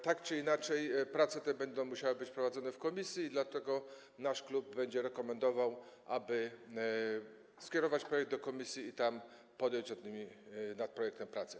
Tak czy inaczej prace te będą musiały być prowadzone w komisji, dlatego nasz klub będzie rekomendował, aby skierować projekt do komisji i tam podjąć nad nim, nad tym projektem prace.